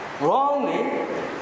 Wrongly